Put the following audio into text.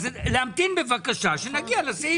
אז להמתין בבקשה שנגיע לסעיף.